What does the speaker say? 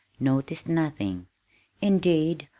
noticed nothing indeed,